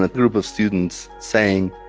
ah group of students saying,